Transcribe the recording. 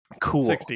Cool